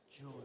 joy